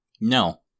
No